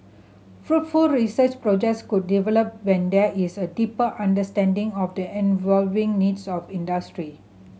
fruitful research projects could develop when there is a deeper understanding of the evolving needs of industry